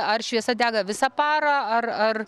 ar šviesa dega visą parą ar ar